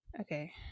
Okay